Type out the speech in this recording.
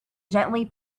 gently